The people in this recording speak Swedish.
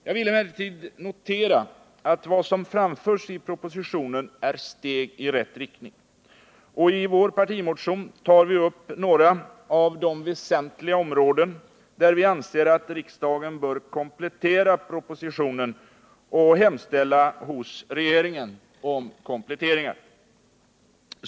Jag vill emellertid notera att vad som framförs i propositionen är steg i rätt riktning. Och i vår partimotion tar vi upp några utav de väsentliga områden där vi anser att riksdagen bör komplettera propositionen och hemställa hos regeringen om kompletteringar.